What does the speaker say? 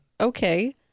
Okay